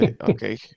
Okay